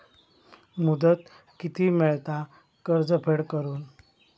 मुदत किती मेळता कर्ज फेड करून?